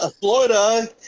Florida